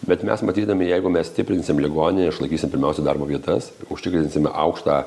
bet mes matydami jeigu mes stiprinsim ligoninę išlaikysim pirmiausia darbo vietas užtikrinsime aukštą